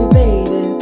baby